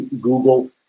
Google